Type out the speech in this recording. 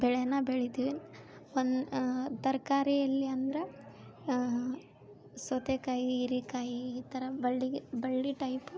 ಬೆಳೆನ ಬೆಳಿತೀವಿ ಒಂದು ತರಕಾರಿಯಲ್ಲಿ ಅಂದ್ರ ಸೌತೇಕಾಯಿ ಹೀರೇಕಾಯಿ ಈ ಥರ ಬಳ್ಳಿಗೆ ಬಳ್ಳಿ ಟೈಪ್